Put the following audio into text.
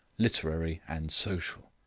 literary and social.